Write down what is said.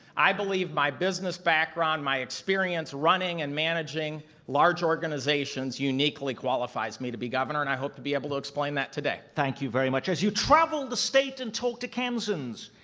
i believe my business background, my experience running and managing large organizations, uniquely qualifies me to be governor and i hope to be able to explain that today. nick thank you very much. as you travel the state and talk to kansans,